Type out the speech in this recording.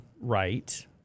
right